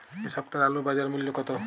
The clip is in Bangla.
এ সপ্তাহের আলুর বাজার মূল্য কত?